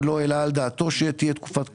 לא העלה על דעתו שתהיה תקופת קורונה,